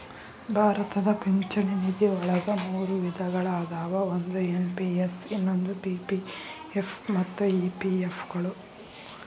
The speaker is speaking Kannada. ಭಾರತದ ಪಿಂಚಣಿ ನಿಧಿವಳಗ ಮೂರು ವಿಧಗಳ ಅದಾವ ಒಂದು ಎನ್.ಪಿ.ಎಸ್ ಇನ್ನೊಂದು ಪಿ.ಪಿ.ಎಫ್ ಮತ್ತ ಇ.ಪಿ.ಎಫ್ ಗಳು